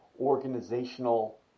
organizational